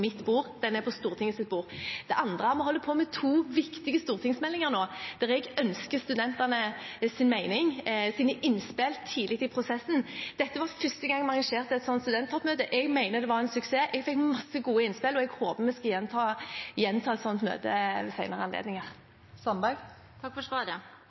mitt bord, den er på Stortingets bord. Det andre er at vi nå holder på med to viktige stortingsmeldinger, der jeg ønsker å få studentenes mening, deres innspill, tidlig i prosessen. Dette var første gangen vi arrangerte et slikt studenttoppmøte. Jeg mener det var en suksess, jeg fikk mange gode innspill, og jeg håper at vi kan gjenta et slikt møte ved senere anledninger. Det åpnes for oppfølgingsspørsmål – først Nina Sandberg. Takk for svaret.